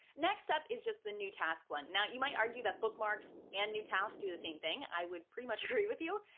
next up is just the new task one. now, you might argue that bookmarks and new tasks do the same thing. i would pretty much agree with you,